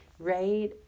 right